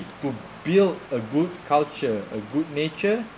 to build a good culture a good nature